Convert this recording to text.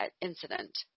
incident